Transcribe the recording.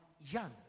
young